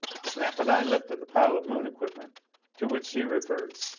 snap and i lifted the pile of moon equipment to which she referred.